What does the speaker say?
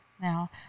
Now